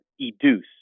educe